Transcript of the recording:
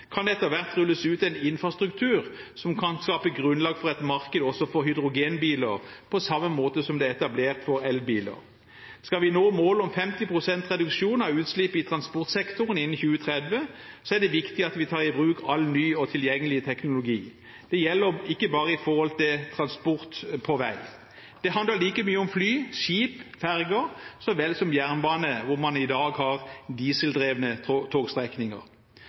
kan det etter hvert rulles ut en infrastruktur som kan skape grunnlag for et marked også for hydrogenbiler, på samme måte som det er etablert for elbiler. Skal vi nå målet om 50 pst. reduksjon av utslippene i transportsektoren innen 2030, er det viktig at vi tar i bruk all ny og tilgjengelig teknologi. Det gjelder ikke bare transport på vei. Det handler like mye om fly, skip og ferger så vel som jernbane, hvor man i dag har dieseldrevne togstrekninger.